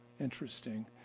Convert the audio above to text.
Interesting